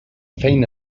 feina